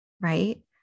right